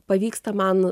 pavyksta man